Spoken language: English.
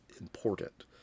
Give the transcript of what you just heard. important